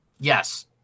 Yes